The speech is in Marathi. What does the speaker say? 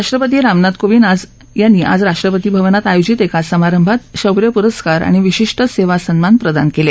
राष्ट्रपती रामनाथ कोविंद आज राष्ट्रपती भवनात आयोजित एका समारंभात शौर्य पुरस्कार आणि विशिष्ठ सेवा सन्मान प्रदान केले